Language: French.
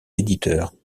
éditeurs